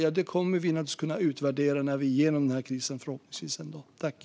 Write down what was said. Ja, det kommer vi att kunna utvärdera när vi förhoppningsvis en dag är igenom den här krisen.